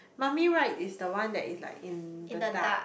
mummy Ride is the one that is like in the dark